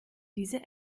diese